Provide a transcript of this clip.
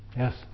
yes